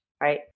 right